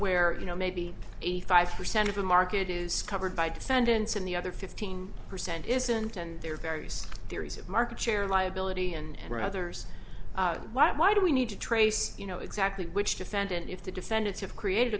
where you know maybe eighty five percent of the market is covered by defendants and the other fifteen percent isn't and there are various theories of market share liability and others why do we need to trace you know exactly which defendant if the defendants have created